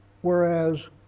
whereas